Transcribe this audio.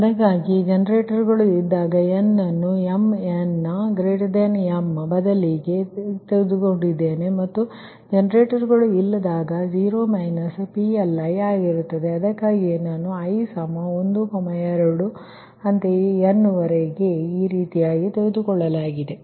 ಅದಕ್ಕಾಗಿಯೇ ಜನರೇಟರ್ಗಳು ಇದ್ದಾಗ n ಅನ್ನು m ಬದಲಿಗೆ ತೆಗೆದುಕೊಂಡಿದ್ದೇನೆ ಮತ್ತು nm ಮತ್ತು ಜನರೇಟರ್ಗಳು ಇಲ್ಲದಿದ್ದಾಗ ಅದು0 PLi ಆಗಿರುತ್ತದೆ ಅದಕ್ಕಾಗಿಯೇ i 12 n ನ್ನುಈ ರೀತಿಯಾಗಿ ತೆಗೆದುಕೊಳ್ಳಲಾಗಿದೆ